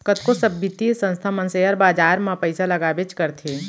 कतको सब बित्तीय संस्था मन सेयर बाजार म पइसा लगाबेच करथे